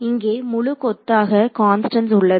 இங்கே முழு கொத்தாக கான்ஸ்டன்ட்ஸ் உள்ளது